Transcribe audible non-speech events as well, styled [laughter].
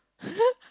[laughs]